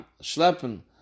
schleppen